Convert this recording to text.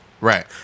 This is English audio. Right